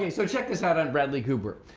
so check this out on bradley cooper.